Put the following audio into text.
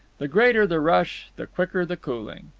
the greater the rush, the quicker the cooling.